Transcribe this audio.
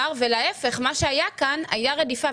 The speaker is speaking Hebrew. להיפך, מה שהיה כאן הוא רדיפה.